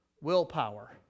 Willpower